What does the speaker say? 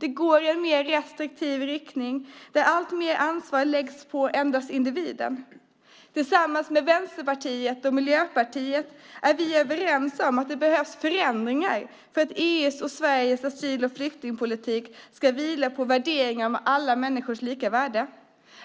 Den går mot en mer restriktiv hållning där alltmer ansvar läggs på individen. Vi är överens med Vänsterpartiet och Miljöpartiet om att det behövs förändringar för att EU:s och Sveriges asyl och flyktingpolitik ska vila på värderingar om alla människors lika värde,